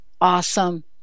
Awesome